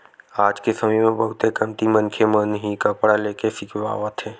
आज के समे म बहुते कमती मनखे मन ही कपड़ा लेके सिलवाथे